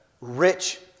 rich